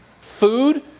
Food